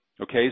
okay